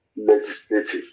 legislative